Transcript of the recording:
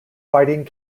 fighting